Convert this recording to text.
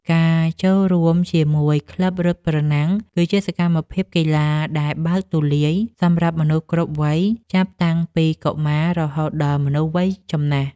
ការចូលរួមជាមួយក្លឹបរត់ប្រណាំង គឺជាសកម្មភាពកីឡាដែលបើកទូលាយសម្រាប់មនុស្សគ្រប់វ័យចាប់តាំងពីកុមាររហូតដល់មនុស្សវ័យចំណាស់។